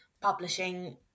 Publishing